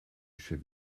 chef